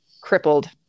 crippled